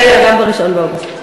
אני אהיה גם ב-1 באוגוסט.